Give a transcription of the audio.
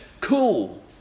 cool